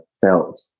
felt